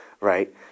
right